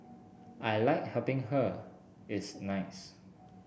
I like helping her it's nice